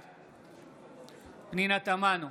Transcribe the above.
בעד פנינה תמנו,